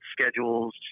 schedules